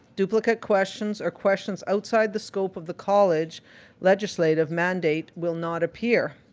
duplicate questions or questions outside the scope of the college legislative mandate will not appear.